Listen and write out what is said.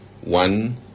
one